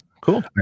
cool